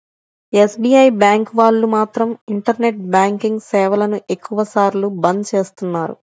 SBI bank వాళ్ళు మాత్రం internet banking సేవలను ఎక్కువ సార్లు బంద్ చేస్తున్నారు